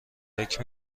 فکر